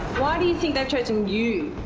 why do you think they've chosen you?